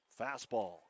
fastball